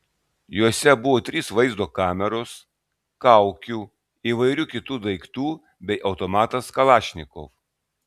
juose buvo trys vaizdo kameros kaukių įvairių kitų daiktų bei automatas kalašnikov